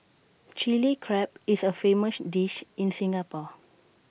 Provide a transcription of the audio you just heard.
Chilli Crab is A famous dish in Singapore